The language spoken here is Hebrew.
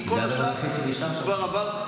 כי כל השאר כבר עבר,